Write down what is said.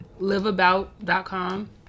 liveabout.com